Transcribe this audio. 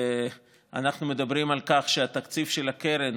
אנחנו מדברים על כך שהתקציב של הקרן